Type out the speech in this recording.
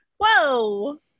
Whoa